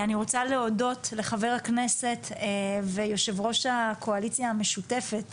אני רוצה להודות לחבר הכנסת ויו"ר הקואליציה המשותפת